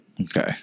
Okay